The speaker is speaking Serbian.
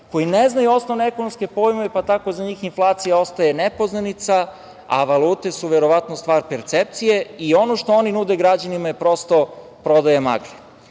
koji ne znaju osnovne ekonomske pojmove. Tako za njih inflacija ostaje nepoznanica, a valute su, verovatno, stvar percepcije. Ono što oni nude građanima je prosto prodaje